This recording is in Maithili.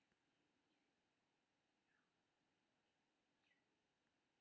हुनका चिकित्सक कमरख फल उपभोग करै के सुझाव देलकैन